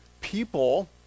people